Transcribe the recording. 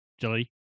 Jelly